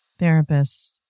Therapists